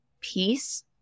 peace